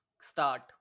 Start